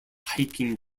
hiking